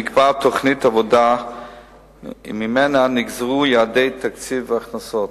נקבעה תוכנית עבודה וממנה נגזרו יעדי תקציב והכנסות.